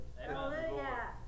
Hallelujah